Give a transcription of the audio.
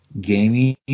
gaming